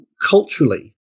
culturally